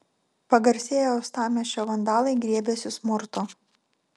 pagarsėję uostamiesčio vandalai griebėsi smurto